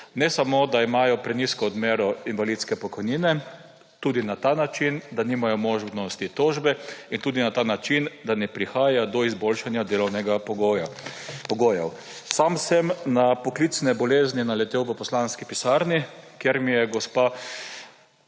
ne samo, da imajo prenizko odmero invalidske pokojnine, temveč tudi na ta način, da nimajo možnosti tožbe, in tudi na ta način, da ne prihaja do izboljšanja delovnih pogojev. Sam sem na poklicne bolezni naletel v poslanski pisarni, kjer mi je gospa